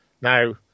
now